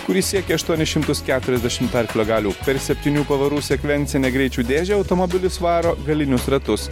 kuris siekia aštuonis šimtus keturiasdešim arklio galių per septynių pavarų sekvencinę greičių dėžę automobilis varo galinius ratus